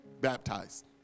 baptized